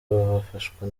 bafashwa